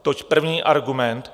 Toť první argument.